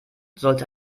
sollte